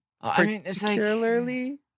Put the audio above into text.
particularly